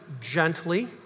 gently